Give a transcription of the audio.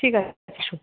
ঠিক আছে আসুন